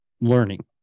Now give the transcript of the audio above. learning